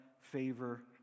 favor